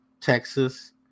Texas